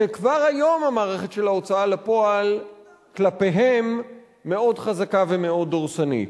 וכבר היום המערכת של ההוצאה לפועל כלפיהם מאוד חזקה ומאוד דורסנית.